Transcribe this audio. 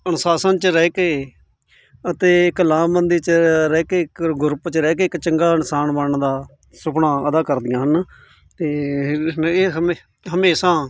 ਅਨੁਸ਼ਾਸਨ 'ਚ ਰਹਿ ਕੇ ਅਤੇ ਇਕ ਲਾਮਬੰਦੀ 'ਚ ਰਹਿ ਕੇ ਇੱਕ ਗੁਰੁੱਪ 'ਚ ਰਹਿ ਕੇ ਇੱਕ ਚੰਗਾ ਇਨਸਾਨ ਬਣਨ ਦਾ ਸੁਪਨਾ ਅਦਾ ਕਰਦੀਆਂ ਹਨ ਅਤੇ ਇਹ ਹਮੇ ਹਮੇਸ਼ਾ